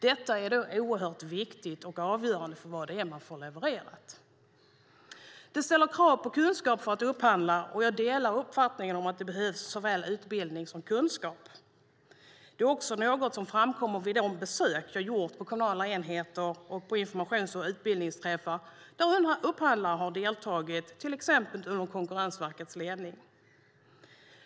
Detta är oerhört viktigt och avgörande för vad det är man får levererat. Att upphandla ställer krav på kunskap, och jag delar uppfattningen att det behövs såväl utbildning som kunskap. Det är också något som framkommit vid de besök jag gjort på kommunala enheter och på informations och utbildningsträffar där upphandlare har deltagit, till exempel under Konkurrensverkets ledning.